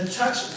touch